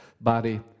body